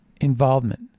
involvement